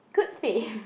good save